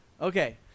Okay